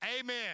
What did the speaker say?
Amen